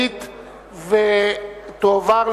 התש"ע 2010,